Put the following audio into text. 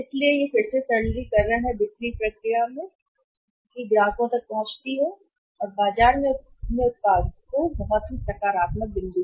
इसलिए यह फिर से सरलीकरण है बिक्री प्रक्रिया ग्राहक तक पहुँचती है और बाज़ार में अपना उत्पाद बेचती है बहुत सकारात्मक बिंदु